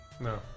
No